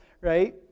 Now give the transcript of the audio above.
right